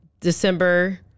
December